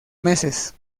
meses